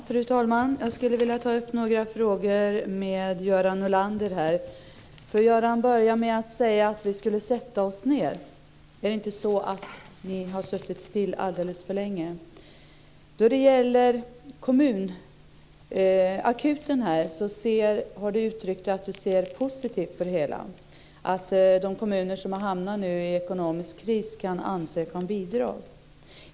Fru talman! Jag skulle vilja ta upp några frågor med Göran Norlander. Han börjar med att säga att vi skulle sätta oss ned. Är det inte så att ni har suttit still alldeles för länge? Då det gäller kommunakuten har Göran Norlander uttryckt att han ser positivt på att de kommuner som har hamnat i ekonomisk kris kan ansöka om bidrag.